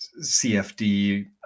CFD